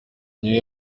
nyayo